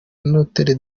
notre